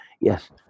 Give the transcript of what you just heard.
Yes